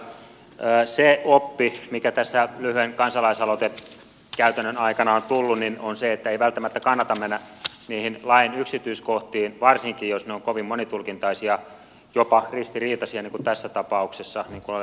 se oppi mikä tässä lyhyen kansalaisaloitekäytännön aikana on tullut on se että ei välttämättä kannata mennä niihin lain yksityiskohtiin varsinkaan jos ne ovat kovin monitulkintaisia jopa ristiriitaisia niin kuin tässä tapauksessa niin kuin olemme kuulleet